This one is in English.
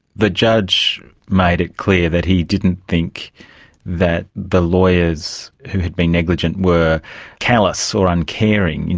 the judge made it clear that he didn't think that the lawyers who had been negligent were callous or uncaring.